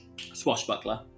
Swashbuckler